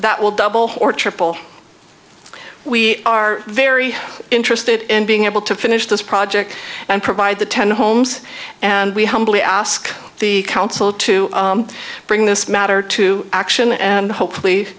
that will double or triple we are very interested in being able to finish this project and provide the ten homes and we humbly ask the council to bring this matter to action and hopefully